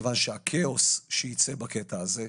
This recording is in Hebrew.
הכאוס שייצא בקטע הזה,